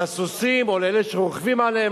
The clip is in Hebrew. לסוסים או לאלה שרוכבים עליהם.